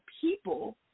people